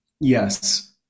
Yes